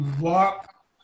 walk